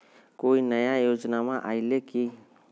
कोइ नया योजनामा आइले की?